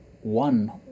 one